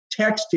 texting